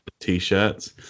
T-shirts